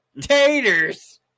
taters